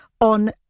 on